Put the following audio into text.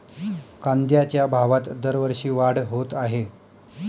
कांद्याच्या भावात दरवर्षी वाढ होत आहे